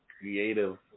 creative